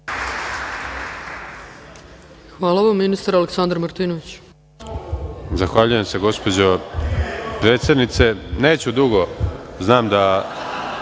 Hvala. Ministar Aleksandar Martinović.